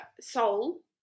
soul